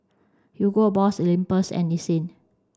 Hugo Boss Olympus and Nissin